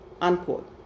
unquote